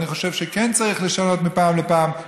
אני חושב שכן צריך לשנות מפעם לפעם,